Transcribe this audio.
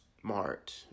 smart